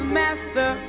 master